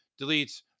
deletes